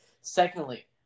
Secondly